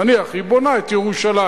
נניח, היא בונה את ירושלים,